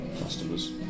customers